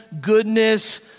goodness